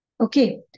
Okay